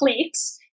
clicks